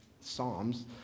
Psalms